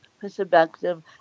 perspective